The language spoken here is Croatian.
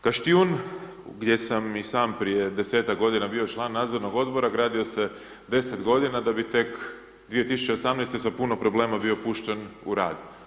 Kaštjun, gdje sam i sam prije desetak godina bio član Nadzornog odbora, gradio se 10 godina da bi tek 2018. sa puno problema bio pušten u rad.